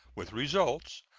with results,